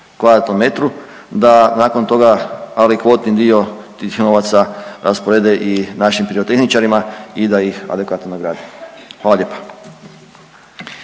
kvadratnom metru da nakon toga ali kvotni dio tih novaca rasporede i našim pirotehničarima i da ih adekvatno nagrade. Hvala lijepa.